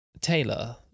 Taylor